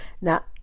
Now